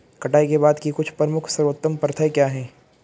कटाई के बाद की कुछ प्रमुख सर्वोत्तम प्रथाएं क्या हैं?